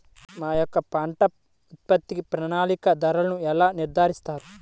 మా యొక్క పంట ఉత్పత్తికి ప్రామాణిక ధరలను ఎలా నిర్ణయిస్తారు?